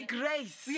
grace